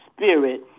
spirit